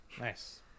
nice